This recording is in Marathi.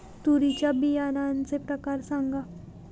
तूरीच्या बियाण्याचे प्रकार सांगा